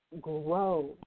grow